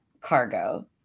cargo